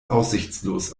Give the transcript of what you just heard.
aussichtslos